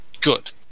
Good